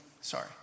sorry